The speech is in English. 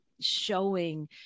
showing